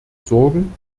sorgen